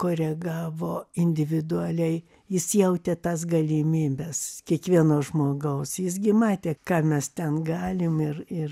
koregavo individualiai jis jautė tas galimybes kiekvieno žmogaus jis gi matė ką mes ten galim ir ir